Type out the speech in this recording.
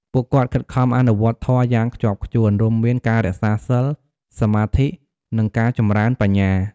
ពួកគាត់ខិតខំ អនុវត្តធម៌ យ៉ាងខ្ជាប់ខ្ជួន រួមមានការរក្សាសីល សមាធិ និងការចម្រើនបញ្ញា។